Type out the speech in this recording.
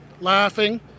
laughing